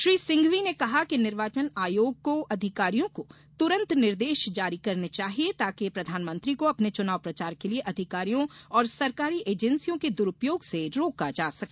श्री सिंघवी ने कहा कि निर्वाचन आयोग को समुचित अधिकारियों को तुरंत निर्देश जारी करने चाहिए ताकि प्रधानमंत्री को अपने चुनाव प्रचार के लिए अधिकारियों और सरकारी एजेंसियों के दुरूपयोग से रोका जा सके